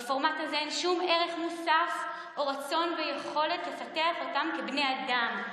בפורמט הזה אין שום ערך מוסף או רצון ויכולת לפתח אותם כבני אדם,